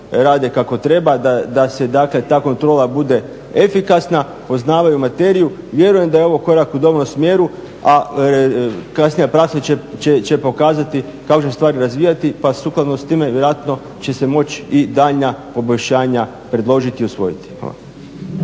rade kako treba, da ta kontrola bude efikasna, poznavaju materiju i vjerujem da je ovo korak u dobrom smjeru, a kasnija praksa će pokazati kako će se stvari razvijati pa sukladno tome vjerojatno će se moći i daljnja poboljšanja predložiti i usvojiti.